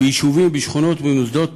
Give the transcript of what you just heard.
ביישובים, בשכונות, במוסדות